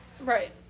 right